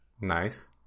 Nice